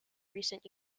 recent